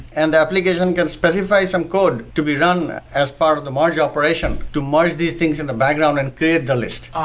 and the application can specify some code to be run as part of the merge operation to merge these things in the background and create the list.